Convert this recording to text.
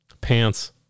Pants